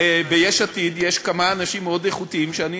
ביש עתיד יש כמה אנשים מאוד איכותיים שאני